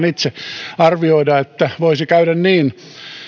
itse osannut arvioida että voisi käydä niin